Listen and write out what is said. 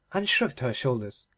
and shrugged her shoulders.